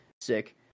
sick